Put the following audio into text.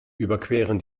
überqueren